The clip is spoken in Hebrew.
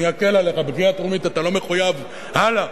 אתה לא מחויב, אקל עליך.